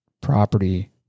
property